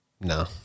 No